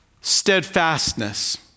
steadfastness